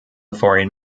foreign